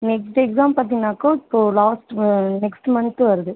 next exam பாத்தீங்கன்னாக்கா இப்போது last next month வருது